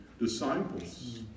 disciples